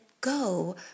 go